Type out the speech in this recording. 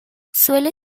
suele